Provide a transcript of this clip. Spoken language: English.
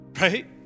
Right